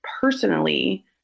personally